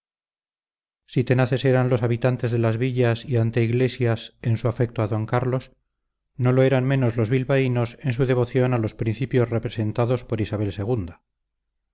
si tenaces eran los habitantes de las villas y anteiglesias en su afecto a d carlos no lo eran menos los bilbaínos en su devoción a los principios representados por isabel